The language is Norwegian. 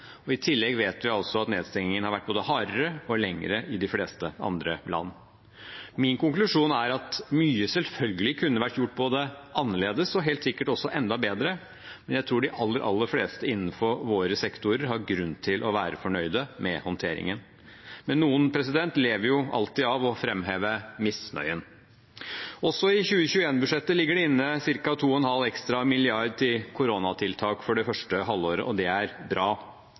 og tillegg vet vi at nedstengningen har vært både hardere og lengre i de fleste andre land. Min konklusjon er at mye selvfølgelig kunne vært gjort både annerledes og helt sikkert også enda bedre, men jeg tror de aller, aller fleste innenfor våre sektorer har grunn til å være fornøyde med håndteringen. Men noen lever jo alltid av å framheve misnøyen. Også i 2021-budsjettet ligger det inne ca. 2,5 ekstra milliarder til koronatiltak for det første halvåret, og det er bra.